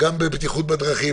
גם בבטיחות בדרכים,